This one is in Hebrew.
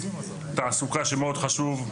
תעסוקה שמאוד חשוב,